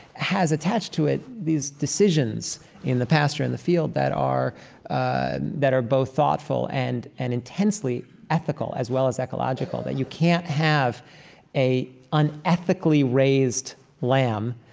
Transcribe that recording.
has attached to it these decisions in the pasture and the field that are and that are both thoughtful and and intensely ethical as well as ecological, that you can't have an unethically raised lamb,